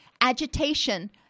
agitation